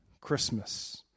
Christmas